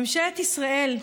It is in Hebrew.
ממשלת ישראל,